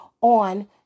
on